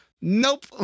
Nope